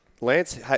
Lance